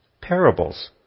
parables